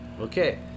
Okay